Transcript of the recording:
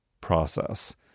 process